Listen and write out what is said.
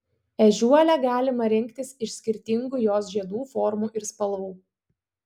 ežiuolę galima rinktis iš skirtingų jos žiedų formų ir spalvų